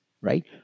right